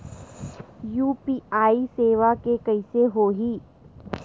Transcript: UPI सेवा के कइसे होही?